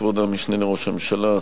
כבוד המשנה לראש הממשלה,